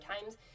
times